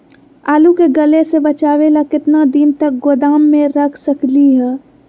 आलू के गले से बचाबे ला कितना दिन तक गोदाम में रख सकली ह?